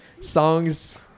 songs